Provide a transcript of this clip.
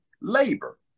labor